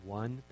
one